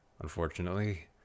Unfortunately